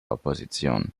opposition